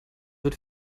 wird